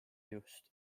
just